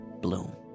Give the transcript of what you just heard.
bloom